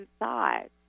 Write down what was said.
inside